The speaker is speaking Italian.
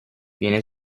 viene